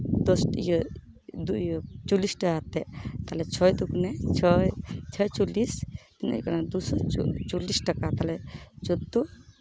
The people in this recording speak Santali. ᱫᱚᱥ ᱤᱭᱟᱹ ᱪᱚᱞᱞᱤᱥ ᱴᱟᱠᱟ ᱠᱟᱛᱮᱫ ᱛᱟᱞᱦᱮ ᱪᱷᱚᱭ ᱫᱩ ᱜᱩᱱᱮ ᱪᱷᱚᱭ ᱪᱷᱚᱭ ᱪᱚᱞᱞᱤᱥ ᱛᱤᱱᱟᱹᱜ ᱦᱩᱭᱩᱜ ᱠᱟᱱᱟ ᱫᱩᱥᱚ ᱪᱚᱞᱞᱤᱥ ᱴᱟᱠᱟ ᱛᱟᱞᱦᱮ ᱪᱳᱫᱽᱫᱷᱳ